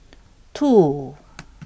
two